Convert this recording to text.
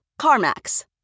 CarMax